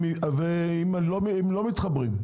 לא מתחברים.